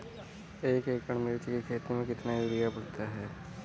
एक एकड़ मिर्च की खेती में कितना यूरिया पड़ता है?